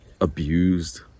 abused